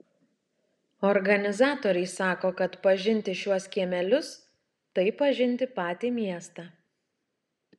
organizatoriai sako kad pažinti šiuos kiemelius tai pažinti patį miestą